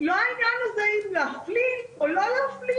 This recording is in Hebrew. לא את העניין הזה של אם להפליל או לא להפליל,